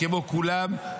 כמו כולם,